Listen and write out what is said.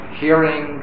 hearing